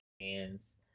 hands